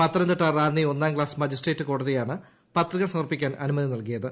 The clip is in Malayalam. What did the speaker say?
പത്തനംതിട്ട റാന്നി ഒന്നാം ക്ലാസ് മജിസ്ട്രേറ്റ് കോടതിയാണ് പത്രിക സമർപ്പിക്കാൻ അനുമതി നല്കിയത്